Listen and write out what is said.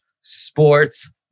sports